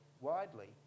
widely